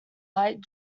light